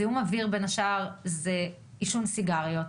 שבין השאר זה עישון סיגריות.